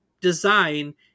design